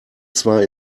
zwar